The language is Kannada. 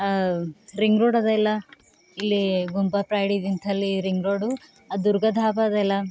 ರಿಂಗ್ ರೋಡ್ ಅದೆಲ್ಲ ಇಲ್ಲಿ ಗುಂಪ ಪ್ರೈಡ್ ನಿಂತಲ್ಲಿ ರಿಂಗ್ ರೋಡು ಆ ದುರ್ಗಾ ಧಾಬಾ ಅದೆಲ್ಲ